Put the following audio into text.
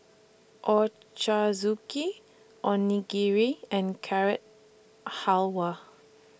Ochazuke Onigiri and Carrot Halwa